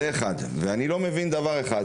אני לא מבין דבר אחד